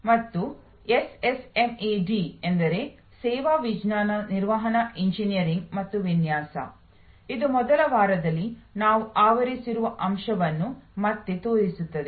ಮತ್ತು ಎಸ್ಎಸ್ಎಂಇಡಿ ಎಂದರೆ ಸೇವಾ ವಿಜ್ಞಾನ ನಿರ್ವಹಣಾ ಎಂಜಿನಿಯರಿಂಗ್ ಮತ್ತು ವಿನ್ಯಾಸ ಇದು ಮೊದಲ ವಾರದಲ್ಲಿ ನಾವು ಆವರಿಸಿರುವ ಅಂಶವನ್ನು ಮತ್ತೆ ತೋರಿಸುತ್ತದೆ